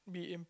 be im~